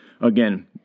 again